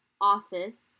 office